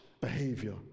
behavior